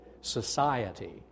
society